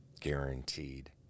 guaranteed